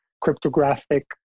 cryptographic